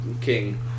king